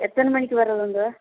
எத்தனை மணிக்கு வரணுங்க